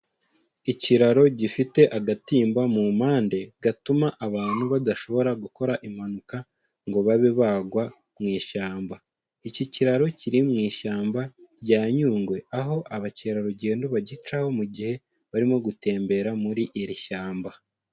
Ikiraro gifite agatimba mu mpande gatuma abantu badashobora gukora impanuka ngo babe bagwa mu ishyamba. Iki kiraro kiri mu ishyamba rya Nyungwe, aho abakerarugendo bagicaho mu gihe barimo gutembera muri iri shyamba.